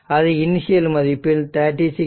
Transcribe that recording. அது இனிஷியல் மதிப்பில் 36